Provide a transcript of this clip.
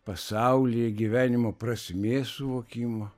pasaulyje gyvenimo prasmės suvokimo